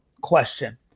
question